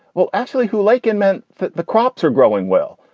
well, actually, who laken meant, the the crops are growing well.